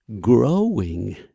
growing